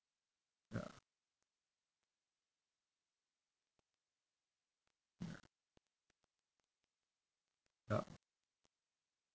ya ya ya